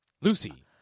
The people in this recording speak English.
Lucy